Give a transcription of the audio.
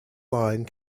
line